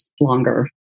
longer